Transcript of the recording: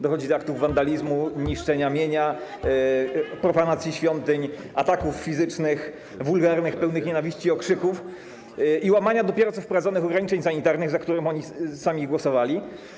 Dochodzi do aktów wandalizmu, niszczenia mienia, profanacji świątyń, ataków fizycznych, wznoszenia wulgarnych, pełnych nienawiści okrzyków i łamania dopiero co wprowadzonych ograniczeń sanitarnych, za którymi oni sami głosowali.